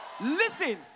Listen